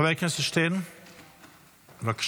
חבר הכנסת שטרן, בבקשה.